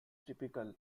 typical